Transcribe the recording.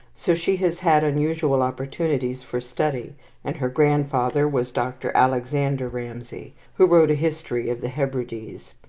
so she has had unusual opportunities for study and her grandfather was dr. alexander ramsay, who wrote a history of the hebrides.